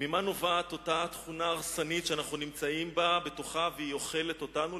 ממה נובעת אותה התכונה ההרסנית שאנו נמצאים בתוכה ושאוכלת אותנו,